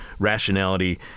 rationality